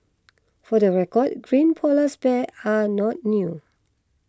for the record green polars bears are not new